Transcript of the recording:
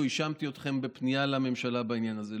האשמתי אתכם בפנייה לממשלה בעניין הזה.